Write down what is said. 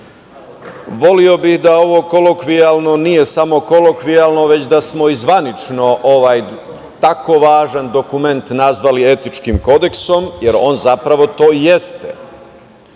Voleo bih da ovo kolokvijalno nije samo kolokvijalno, već da smo i zvanično ovaj tako važan dokument nazvali „etičkim kodeksom“, jer on zapravo to i